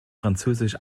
französisch